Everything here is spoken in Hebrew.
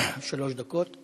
שלוש דקות.